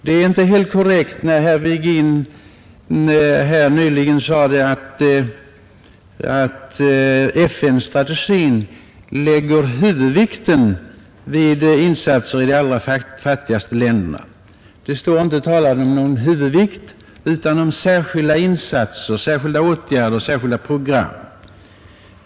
Det var inte korrekt när herr Virgin nyss sade att FN-strategin lägger ”huvudvikten” vid insatser i de allra fattigaste länderna. Där talas inte om någon huvudvikt utan om särskilda insatser, särskilda åtgärder, särskilda program.